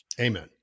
Amen